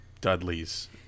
Dudley's